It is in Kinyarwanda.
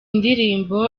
ndirimbo